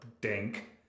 dink